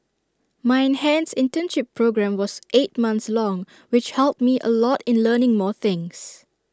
my enhanced internship programme was eight months long which helped me A lot in learning more things